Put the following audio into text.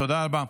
תודה רבה.